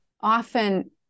often